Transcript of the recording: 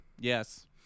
Yes